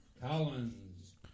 Collins